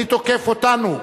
אני תוקף אותנו,